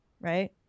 right